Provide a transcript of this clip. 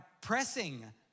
pressing